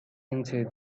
into